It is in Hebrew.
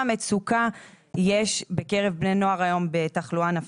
מצוקה יש בקרב בני נוער היום בתחלואה נפשית.